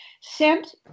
sent